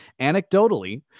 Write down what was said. Anecdotally